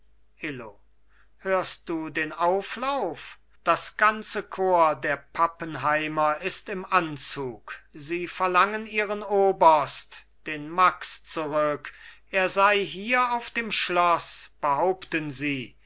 illo hörst du den auflauf das ganze korps der pappenheimer ist im anzug sie verlangen ihren oberst den max zurück er sei hier auf dem schloß behaupten sie